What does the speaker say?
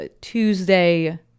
Tuesday